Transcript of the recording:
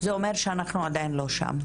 - זה אומר שאנחנו עדיין לא שם.